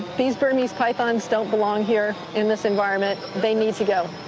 these burmese pythons don't belong here in this environment. they need to go.